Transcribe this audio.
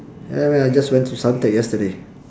ya man I just went to suntec yesterday